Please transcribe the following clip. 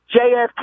JFK